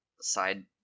side